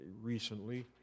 recently